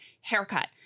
haircut